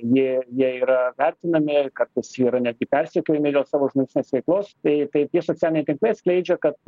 jie jie yra vertinami kartais jie yra netgi persekiojami dėl savo finansinės veiklos tai tai tie socialiniai tinklai atskleidžia kad